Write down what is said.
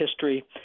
history